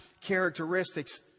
characteristics